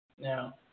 Now